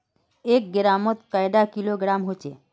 एक ग्राम मौत कैडा किलोग्राम होचे?